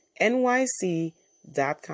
NYC.com